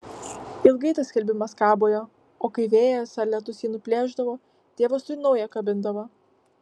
ilgai tas skelbimas kabojo o kai vėjas ar lietus jį nuplėšdavo tėvas tuoj naują kabindavo